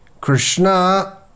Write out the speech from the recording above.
Krishna